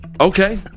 Okay